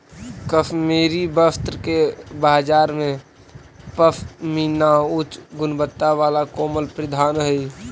कश्मीरी वस्त्र के बाजार में पशमीना उच्च गुणवत्ता वाला कोमल परिधान हइ